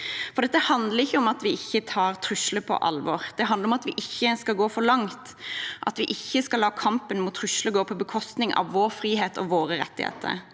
For dette handler ikke om at vi ikke tar trusler på alvor. Det handler om at vi ikke skal gå for langt, at vi ikke skal la kampen mot trusler gå på bekostning av vår frihet og våre rettigheter.